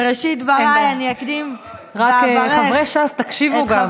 רק חברי ש"ס, גם תקשיבו.